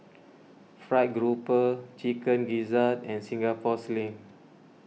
Fried Grouper Chicken Gizzard and Singapore Sling